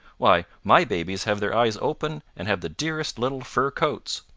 why, my babies have their eyes open and have the dearest little fur coats!